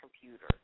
computer